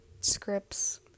scripts